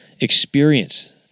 experience